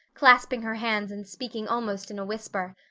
clasping her hands and speaking almost in a whisper,